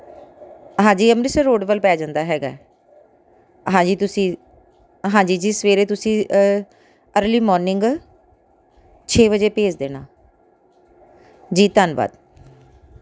ਹਾਂਜੀ ਅੰਮ੍ਰਿਤਸਰ ਰੋਡ ਵੱਲ ਪੈ ਜਾਂਦਾ ਹੈਗਾ ਹਾਂਜੀ ਤੁਸੀਂ ਹਾਂਜੀ ਜੀ ਸਵੇਰੇ ਤੁਸੀਂ ਅਰਲੀ ਮੋਰਨਿੰਗ ਛੇ ਵਜੇ ਭੇਜ ਦੇਣਾ ਜੀ ਧੰਨਵਾਦ